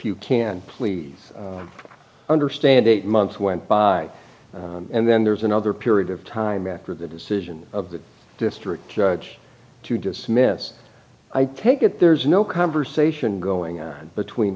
you can please understand eight months went by and then there's another period of time after the decision of the district judge to dismiss i take it there's no conversation going on between